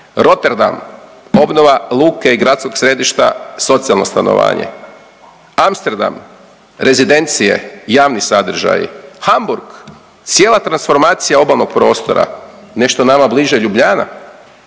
Roterdam, obnova luke i gradskog središta, socijalno stanovanje. Amsterdam, rezidencije i javni sadržaji. Hamburg, cijela transformacija obalnog prostora. Nešto nama bliže Ljubljana,